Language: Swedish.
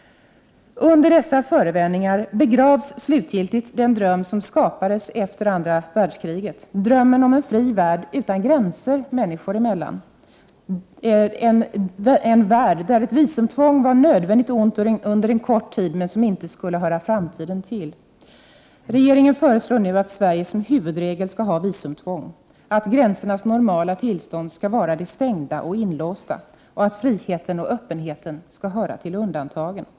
Under dessa förevändningar begravs slutgiltigt den dröm som skapades efter andra världskriget: drömmen om en fri värld utan gränser människor emellan, en värld där ett visumtvång var ett nödvändigt ont under en kort tid, men något som inte skulle höra framtiden till. Regeringen föreslår nu att Sverige som huvudregel skall ha visumtvång, att gränsernas normala tillstånd skall vara det stängda och inlåsta samt att friheten och öppenheten skall höra till undantagen.